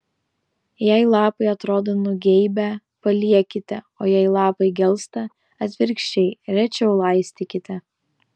jei lapai atrodo nugeibę paliekite o jei lapai gelsta atvirkščiai rečiau laistykite